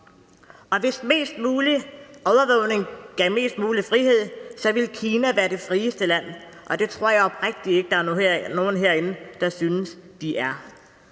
mulig overvågning gav mest mulig frihed, ville Kina være det frieste land, og det tror jeg oprigtigt ikke at der er nogen herinde der synes de er.